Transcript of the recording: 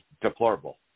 deplorable